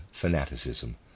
fanaticism